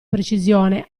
precisione